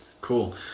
cool